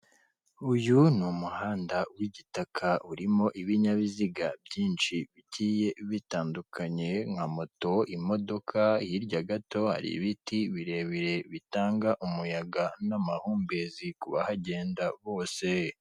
Uyu ni umuhanda w'igitaka, urimo ibinyabiziga byinshi bigiye bitandukanye, nka moto, imodoka, hirya gato hari ibiti birebire, bitanga umuyaga n'amahumbezi ku bahagenda bose.